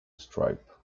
stripe